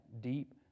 deep